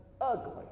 ugly